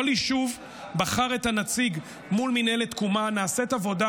כל יישוב בחר את הנציג מול מינהלת תקומה ונעשית עבודה.